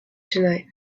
tonight